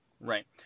Right